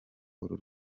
uru